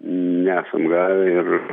nesam gavę ir